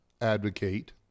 advocate